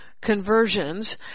conversions